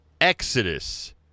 exodus